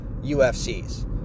UFCs